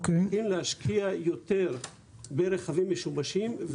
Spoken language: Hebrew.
צריכים להשקיע יותר ברכבים משומשים,